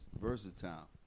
versatile